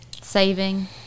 saving